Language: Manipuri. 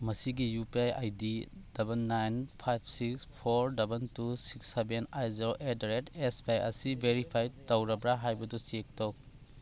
ꯃꯁꯤꯒꯤ U P I I D double nine five six four double two six seven eight zero at the rate S B I ꯑꯁꯤ ꯕꯦꯔꯤꯐꯥꯏꯠ ꯇꯧꯔꯕ꯭ꯔꯥ ꯍꯥꯏꯕꯗꯨ ꯆꯦꯛ ꯇꯧ